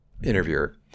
interviewer